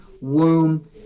womb